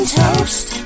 toast